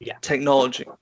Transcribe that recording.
technology